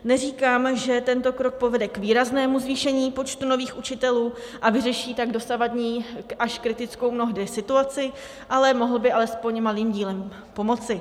Neříkám, že tento krok povede k výraznému zvýšení počtu nových učitelů a vyřeší tak dosavadní mnohdy až kritickou situaci, ale mohl by alespoň malým dílem pomoci.